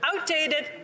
outdated